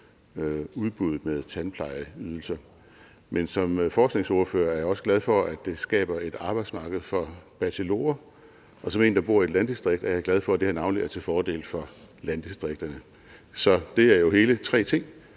udbuddet med tandplejeydelser. Men som forskningsordfører er jeg også glad for, at det skaber et arbejdsmarked for bachelorer, og som en, der bor i et landdistrikt, er jeg glad for, at det her navnlig er til fordel for landdistrikterne. Så det er jo hele tre ting,